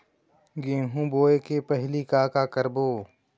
गेहूं बोए के पहेली का का करबो?